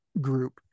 group